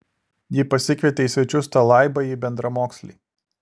ji pasikvietė į svečius tą laibąjį bendramokslį